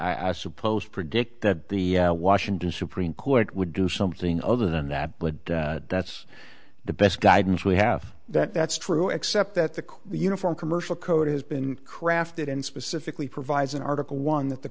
good i suppose predict that the washington supreme court would do something other than that but that's the best guidance we have that that's true except that the uniform commercial code has been crafted and specifically provides in article one that the